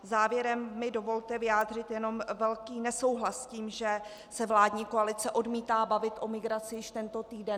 Závěrem mi dovolte vyjádřit jenom velký nesouhlas s tím, že se vládní koalice odmítá bavit o migraci již tento týden.